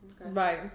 Right